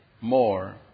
more